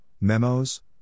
memos